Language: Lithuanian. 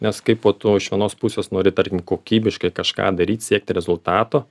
nes kaip po to iš vienos pusės nori tarkim kokybiškai kažką daryt siekti rezultato